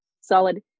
solid